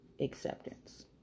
acceptance